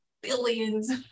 billions